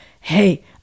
hey